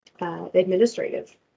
Administrative